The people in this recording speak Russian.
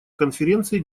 конференции